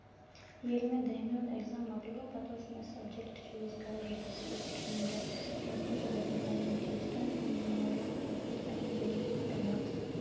ییٚلہِ مےٚ دٔہمہِ ہُند اٮ۪کزام مۄکلو پَتہٕ اوس مےٚ سَبجیکٹ چوٗز کرٕنۍ تہٕ بہٕ کُس سِٹریٖم رَٹہٕ تَمہِ خٲطرٕ رٔٹ مےٚ پَنٕنٮ۪ن ٹیٖچرن پَنٕنٮ۪ن مٲلِس ماجہِ ہُند پَنٕنٮ۪ن بیٚینٮ۪ن ہُند ایڈوایس